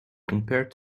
compared